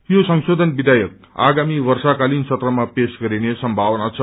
यो संशोधन विचेयक आगामी वर्षाकालिन सत्रमा पेश गरिने सम्मावना छ